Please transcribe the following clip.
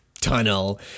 tunnel